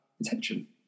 attention